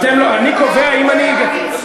אתה הקובע, אתה הקובע הנצחי.